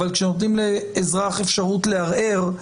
אבל כשנותנים לאזרח אפשרות לערער,